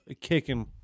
kicking